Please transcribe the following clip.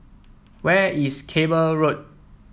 where is Cable Road